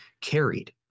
carried